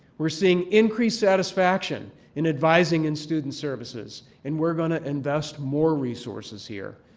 we're seeing increased satisfaction in advising in student services and we're going to invest more resources here.